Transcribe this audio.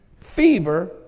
fever